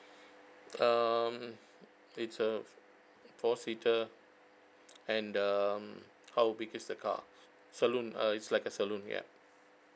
um it's a four seater and um how big is the car saloon uh is like a saloon ya